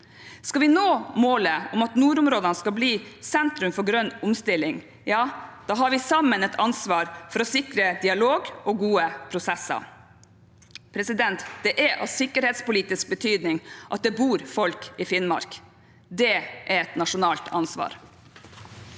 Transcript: Skal vi nå målet om at nordområdene skal bli sentrum for grønn omstilling, har vi sammen et ansvar for å sikre dialog og gode prosesser. Det er av sikkerhetspolitisk betydning at det bor folk i Finnmark. Det er et nasjonalt ansvar.